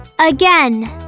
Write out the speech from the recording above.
again